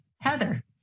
Heather